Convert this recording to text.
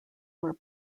were